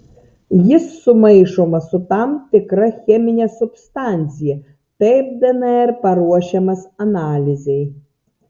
jis sumaišomas su tam tikra chemine substancija taip dnr paruošiamas analizei